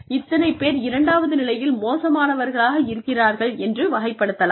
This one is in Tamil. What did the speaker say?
இத்தனை பேர் இரண்டாவது நிலையில் மோசமானவர்களாக இருக்கிறார்கள் என்று வகைப்படுத்தலாம்